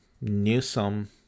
Newsom